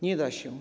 Nie da się.